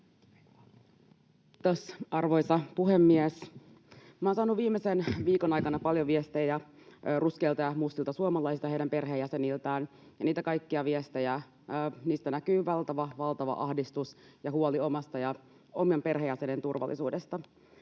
Kiitos, arvoisa puhemies! Minä olen saanut viimeisen viikon aikana paljon viestejä ruskeilta ja mustilta suomalaisilta ja heidän perheenjäseniltään, ja niistä kaikista viesteistä näkyy valtava, valtava ahdistus ja huoli omasta ja omien perheenjäsenien turvallisuudesta.